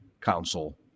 council